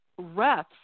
refs